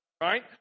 right